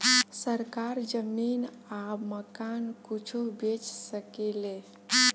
सरकार जमीन आ मकान कुछो बेच सके ले